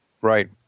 Right